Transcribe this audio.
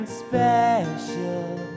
special